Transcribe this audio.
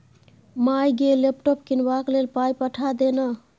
माय गे लैपटॉप कीनबाक लेल पाय पठा दे न